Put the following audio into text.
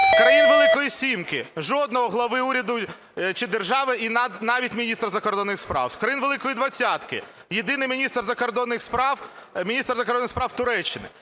З країн Великої сімки – жодного глави уряду чи держави, і навіть міністра закордонних справ. З країн Великої двадцятки – єдиний міністр закордонних справ,